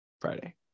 Friday